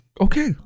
okay